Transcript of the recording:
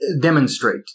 demonstrate